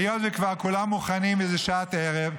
כשכולם כבר מוכנים וזו שעת ערב,